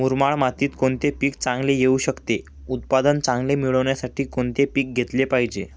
मुरमाड मातीत कोणते पीक चांगले येऊ शकते? उत्पादन चांगले मिळण्यासाठी कोणते पीक घेतले पाहिजे?